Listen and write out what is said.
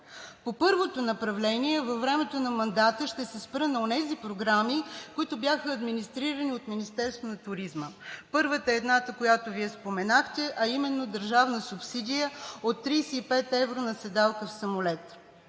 По първото направление във времето на мандата ще се спра на онези програми, които бяха администрирани от Министерството на туризма: първата – едната, която Вие споменахте, а именно – държавна субсидия от 35 евро на седалка в самолет.